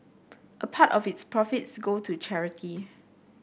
a part of its profits go to charity